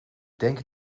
denk